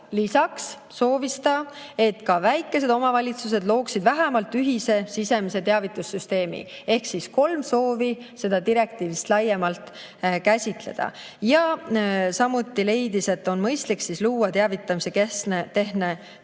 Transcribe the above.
Lisaks soovis ta, et ka väikesed omavalitsused looksid vähemalt ühise sisemise teavitussüsteemi. Ehk oli kolm soovi seda direktiivist laiemalt käsitleda. Samuti leidis ta, et on mõistlik luua teavitamise keskne tehniline